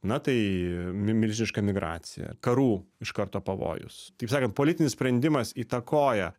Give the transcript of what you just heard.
na tai milžiniška emigracija karų iš karto pavojus taip sakant politinis sprendimas įtakoja